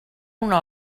una